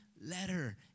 letter